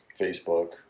Facebook